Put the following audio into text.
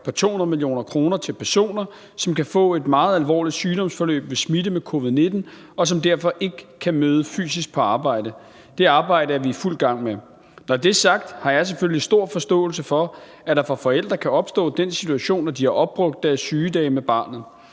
på 200 mio. kr. til personer, som kan få et meget alvorligt sygdomsforløb ved smitte med covid-19, og som derfor ikke kan møde fysisk på arbejde. Det arbejde er vi i fuld gang med. Når det er sagt, har jeg selvfølgelig stor forståelse for, at der for forældre kan opstå den situation, at de har opbrugt deres sygedage med barnet.